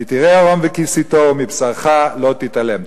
כי תראה ערום וכיסיתו ומבשרך לא תתעלם.